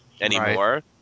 anymore